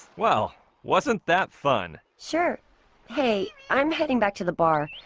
well wasn't that fun sure hey, i'm heading back to the bar.